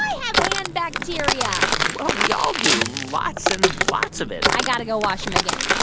have hand bacteria? well, we all do, lots and lots of it i got to go wash them again.